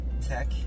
tech